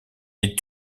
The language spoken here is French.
les